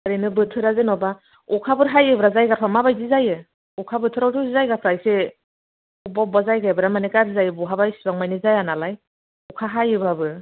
ओरैनो बोथोरा जेन'बा अखाफोर हायोब्ला जायगाफोरा माबायदि जायो अखा बोथोरावथ' जायगाफोरा एसे अबबा अबबा जायगाया बिराथ माने गाज्रि जायो बहाबा इसिबां माने जाया नालाय अखा हायोब्लाबो